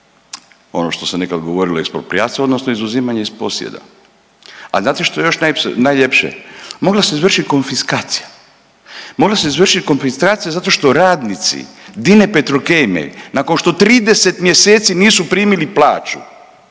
ono što se nekad govorilo eksproprijacija, odnosno izuzimanje iz posjeda. A znate što je još najljepše? Mogla se izvršiti konfiskacija, mogla se izvršiti konfiskacija zato što radnici Dine Petrokemije nakon što 30 mjeseci nisu primili plaću